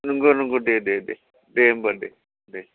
नंगौ नंगौ दे दे दे होमबा दे दे